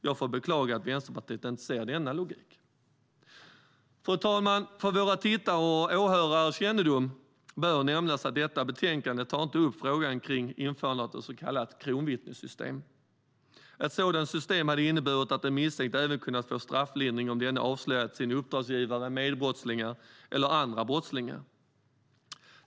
Jag får beklaga att Vänsterpartiet inte ser denna logik. Fru talman! För våra tittares och åhörares kännedom bör nämnas att detta betänkande inte tar upp frågan om införandet av ett så kallat kronvittnessystem. Ett sådant system hade inneburit att en misstänkt även hade kunnat få strafflindring om denne avslöjat sin uppdragsgivare, sina medbrottslingar eller andra brottslingar.